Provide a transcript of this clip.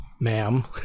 ma'am